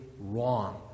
wrong